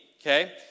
okay